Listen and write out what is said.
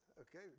okay